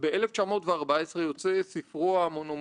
אני חושב שהספר הזה עד היום הוא המדריך